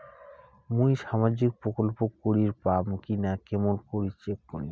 মুই সামাজিক প্রকল্প করির পাম কিনা কেমন করি চেক করিম?